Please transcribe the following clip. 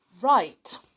right